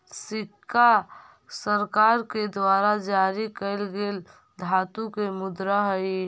सिक्का सरकार के द्वारा जारी कैल गेल धातु के मुद्रा हई